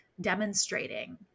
demonstrating